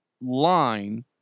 line